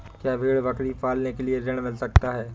क्या भेड़ बकरी पालने के लिए ऋण मिल सकता है?